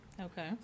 Okay